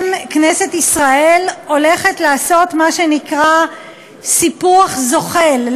כנסת ישראל הולכת לעשות מה שנקרא סיפוח זוחל,